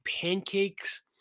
pancakes